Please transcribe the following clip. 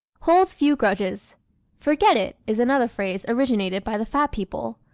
holds few grudges forget it is another phrase originated by the fat people.